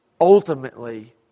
ultimately